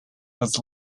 was